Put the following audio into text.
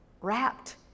wrapped